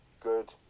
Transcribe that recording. good